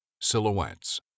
Silhouettes